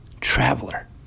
traveler